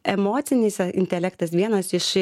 emocinis intelektas vienas iš